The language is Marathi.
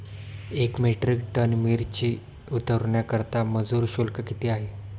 एक मेट्रिक टन मिरची उतरवण्याकरता मजुर शुल्क किती आहे?